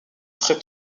très